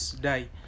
die